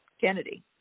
Kennedy